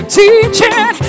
teaching